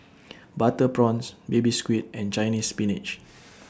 Butter Prawns Baby Squid and Chinese Spinach